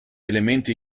elementi